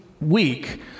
week